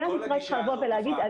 מדינת ישראל צריכה לבוא ולהגיד,